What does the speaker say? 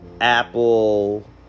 Apple